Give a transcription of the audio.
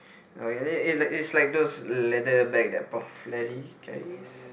orh it it's like those leather bag that pop lady carries